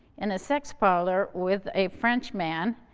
in a sex parlor with a frenchman,